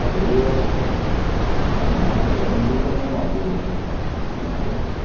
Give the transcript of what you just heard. तदेव कष्टं मयापि अनुभूतमेव पूर्वं किन्तु